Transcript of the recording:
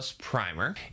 Primer